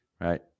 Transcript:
right